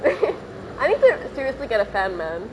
I need to seriously get a fan man